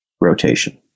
rotation